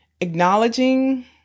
acknowledging